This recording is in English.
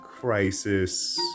crisis